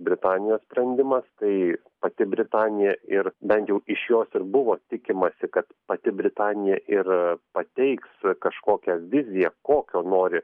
britanijos sprendimas kai pati britanija ir bent jau iš jos ir buvo tikimasi kad pati britanija ir pateiks kažkokią viziją kokio nori